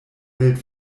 welt